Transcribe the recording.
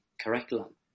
curriculum